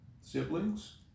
siblings